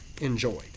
enjoyed